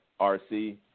RC